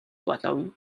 болов